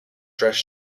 dress